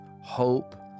Hope